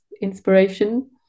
inspiration